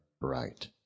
bright